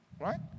Right